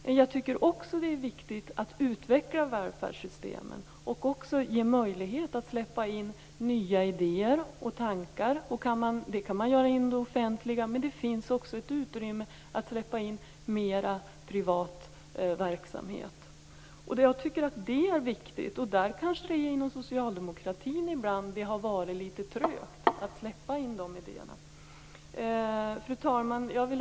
Men jag tycker också att det är viktigt att utveckla välfärdssystemen och även ge möjlighet att släppa in nya idéer och tankar. Det kan man göra inom det offentliga, men det finns också ett utrymme att släppa in mer privat verksamhet. Jag tycker att det är viktigt, men inom socialdemokratin har det kanske ibland varit litet trögt att släppa in de här idéerna. Fru talman!